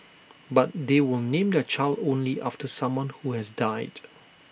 but they will name their child only after someone who has died